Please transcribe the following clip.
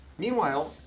meanwhile,